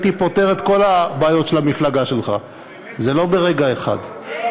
בוא נפתור את הבעיות של החקלאות אם נשארו לך חמש דקות,